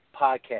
podcast